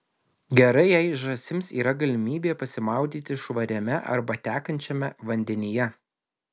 gerai jei žąsims yra galimybė pasimaudyti švariame arba tekančiame vandenyje